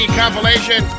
compilation